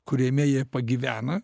kuriame jie pagyvena